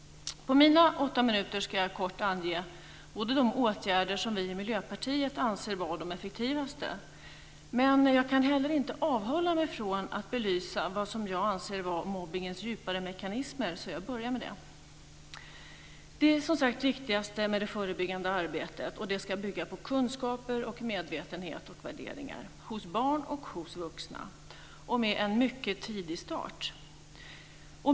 På mina åtta minuter ska jag kort ange de åtgärder som vi i Miljöpartiet anser vara de effektivaste. Men jag kan heller inte avhålla mig från att belysa vad jag anser vara mobbningens djupare mekanismer. Jag börjar med det. Det förebyggande arbetet är viktigast. Det ska bygga på kunskaper, medvetenhet och värderingar hos barn och hos vuxna och ha en mycket tidig start.